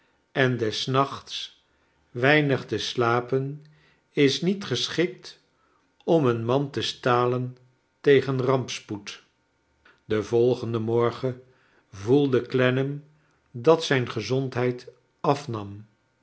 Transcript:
en des nachts weinig te slapen is niet geschikt om een man te stalen tegen rampspoed den volgenden morgen voelde clennam dat zijn gezondheid afnam